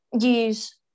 use